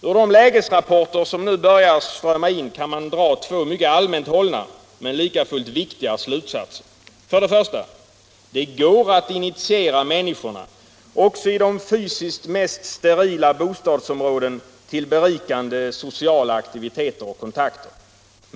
Ur de lägesrapporter som nu börjar strömma in kan man dra två mycket allmänt hållna, men likafullt viktiga slutsatser: För det första — det går att initiera människorna också i de fysiskt mest sterila bostadsområden till berikande sociala aktiviteter och kontakter.